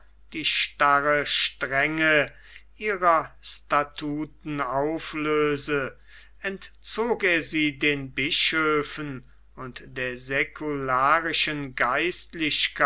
die starre strenge ihrer statuten auflöse entzog er sie den bischöfen und der säcularischen geistlichkeit